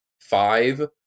five